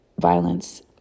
violence